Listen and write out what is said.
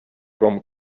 from